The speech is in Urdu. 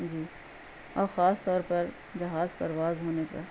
جی اور خاص طور پر جہاز پرواز ہونے کا